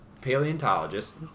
Paleontologist